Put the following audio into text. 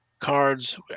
cards